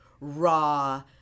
raw